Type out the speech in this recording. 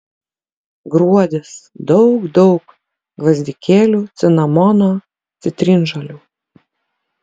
gruodis daug daug gvazdikėlių cinamono citrinžolių